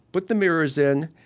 but the mirrors in,